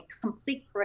complete